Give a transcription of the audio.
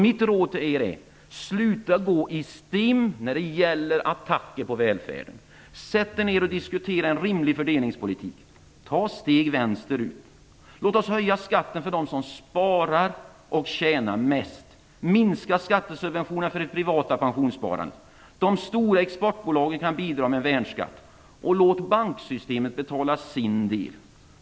Mitt råd till er är att ni slutar gå i stim när det gäller attacker på välfärden. Sätt er ner och diskutera en rimlig fördelningspolitik! Ta steg vänsterut! Låt oss höja skatten för dem som sparar och tjänar mest och minska skattesubventionerna för det privata pensionssparandet! De stora exportbolagen kan bidra med en värnskatt, och låt banksystemet betala sin del.